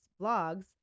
vlogs